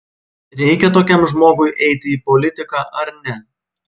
reikia tokiam žmogui eiti į politiką ar ne